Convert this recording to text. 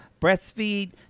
Breastfeed